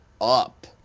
up